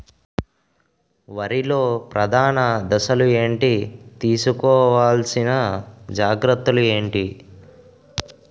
వరిలో ప్రధాన దశలు ఏంటి? తీసుకోవాల్సిన జాగ్రత్తలు ఏంటి?